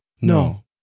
No